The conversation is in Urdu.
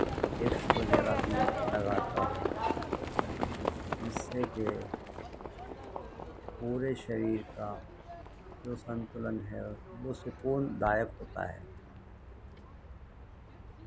ٹیپس وغیرہ بھی لگاتا ہوں جس سے کہ پورے شریر کا جو سنتلن ہے وہ سکون دائق ہوتا ہے